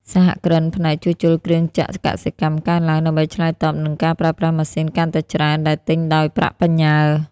សហគ្រិនផ្នែក "ជួសជុលគ្រឿងចក្រកសិកម្ម" កើនឡើង ដើម្បីឆ្លើយតបនឹងការប្រើប្រាស់ម៉ាស៊ីនកាន់តែច្រើនដែលទិញដោយប្រាក់បញ្ញើ។